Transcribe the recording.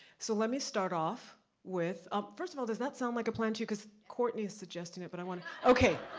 so let me start off with, ah first of all, does that sound like a plan to you, cause cortney is suggesting that, but i wanna, okay,